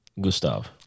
Gustav